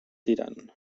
tirant